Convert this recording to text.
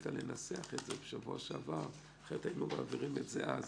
הספיקה לנסח את זה בשבוע שעבר אחרת היינו מעבירים את זה אז.